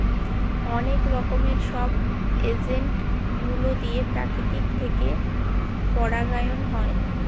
অনেক রকমের সব এজেন্ট গুলো দিয়ে প্রকৃতি থেকে পরাগায়ন হয়